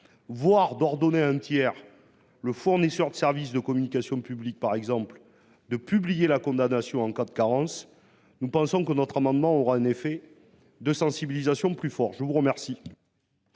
tiers, par exemple le fournisseur de services de communication publique, de publier la condamnation en cas de carence, nous pensons que notre amendement aura un effet de sensibilisation plus fort. Quel